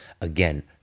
again